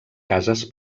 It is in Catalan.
cases